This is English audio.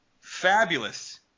fabulous